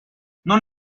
non